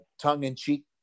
tongue-in-cheek